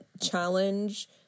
challenge